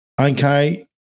okay